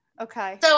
okay